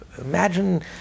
imagine